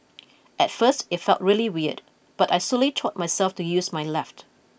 at first it felt really weird but I slowly taught myself to use my left